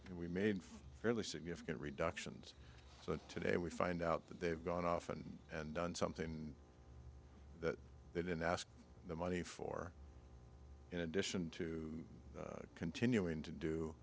after we made fairly significant reductions so today we find out that they've gone often and done something that they didn't ask the money for in addition to continuing to do